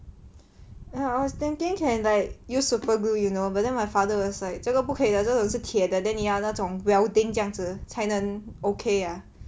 ya I was thinking can like use super glue you know but then my father was like 这个不可以的这种是铁的 then 你要那种 welding 这样子才能 okay ah